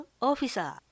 Officer（